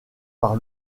par